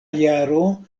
jaro